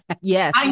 Yes